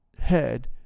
head